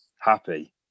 happy